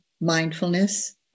mindfulness